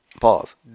Pause